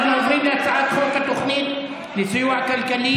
אנחנו עוברים להצעת חוק התוכנית לסיוע כלכלי